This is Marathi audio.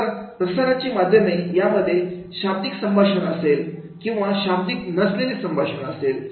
तर प्रसाराचे माध्यम यामध्ये शाब्दिक संभाषण असेल किंवा शाब्दिक नसलेले संभाषण असेल